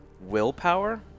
willpower